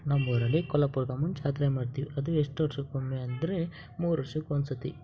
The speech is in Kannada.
ನಮ್ಮ ಊರಲ್ಲಿ ಕೊಲ್ಲಾಪುರದಮ್ಮನ ಜಾತ್ರೆ ಮಾಡ್ತೀವಿ ಅದು ಎಷ್ಟು ವರ್ಷಕೊಮ್ಮೆ ಅಂದರೆ ಮೂರು ವರ್ಷಕ್ಕೊಂದು ಸರ್ತಿ